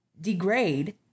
degrade